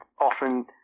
often